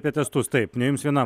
apie testus taip ne jums vienam